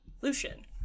Lucian